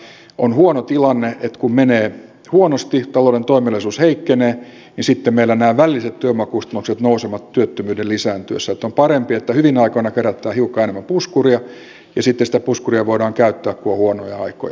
että on huono tilanne ja kun menee huonosti talouden toimeliaisuus heikkenee ja sitten meillä nämä välilliset työvoimakustannukset nousevat työttömyyden lisääntyessä ja että on parempi että hyvinä aikoina kerätään hiukka enemmän puskuria ja sitten sitä puskuria voidaan käyttää kun on huonoja aikoja